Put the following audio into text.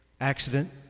accident